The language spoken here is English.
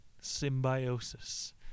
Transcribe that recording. Symbiosis